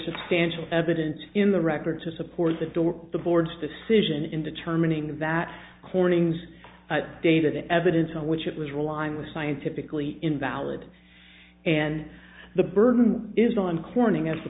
substantial evidence in the record to support the dorp the board's decision in determining that corning's data the evidence on which it was relying was scientifically invalid and the burden is on corning as the